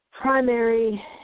primary